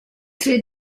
tre